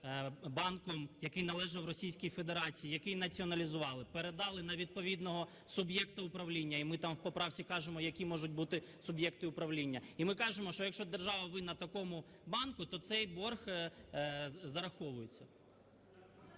банком, який належав Російській Федерації, який націоналізували, передали на відповідного суб'єкта управління. І ми там у поправці кажемо, які можуть бути суб'єкти управління. І ми кажемо, що якщо держава винна такому банку, то цей борг зараховується.